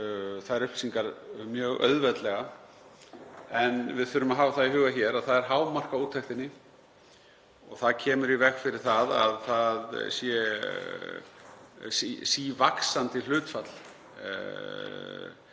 þær upplýsingar mjög auðveldlega. En við þurfum að hafa það í huga hér að það er hámark á úttektinni og það kemur í veg fyrir að það sé sívaxandi hlutfall